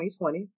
2020